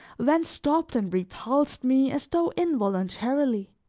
then stopped and repulsed me as though involuntarily.